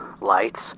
lights